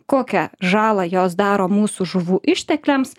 kokią žalą jos daro mūsų žuvų ištekliams